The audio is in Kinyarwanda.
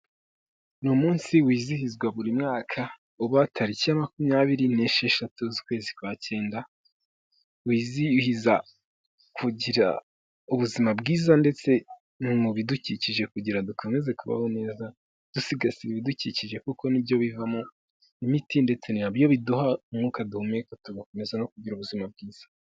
Ni umunsi wizihizwa buri mwaka, uba tariki makumyabiri n'esheshatu z'ukwezi kwa Cyenda, wizihiza kugira ubuzima bwiza ndetse no mu bidukikije kugira dukomeze kubaho neza, dusigasira ibidukikije kuko nibyo bivamo imiti ndetse ni na byo biduha umwuka duhumeka tugakomeza no kugira ubuzima bwiza.